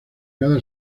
cada